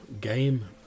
game